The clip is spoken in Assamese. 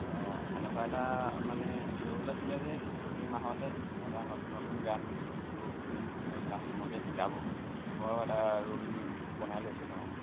এনেকুৱা এটা মানে ৰুল আছিলে যে প্ৰতি মাহতে এটা নতুন নতুন গান প্ৰতিটো ক্লাছৰুমকে শিকাব এনেকুৱাও এটা ৰুল বনাই লৈছিলে মানে